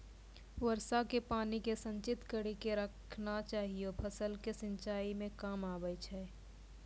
वर्षा के पानी के संचित कड़ी के रखना चाहियौ फ़सल के सिंचाई मे काम आबै छै?